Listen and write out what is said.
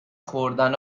خوردن